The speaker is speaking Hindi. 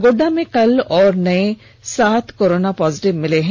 गोड्डा में कल और नए सात कोरोना पॉजिटिव मिले हैं